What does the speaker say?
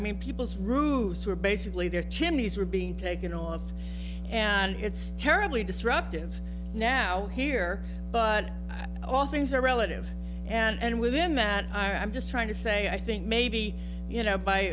mean people's roofs were basically their chimneys were being taken off and it's terribly disruptive now here but all things are relative and within that i'm just trying to say i think maybe you know by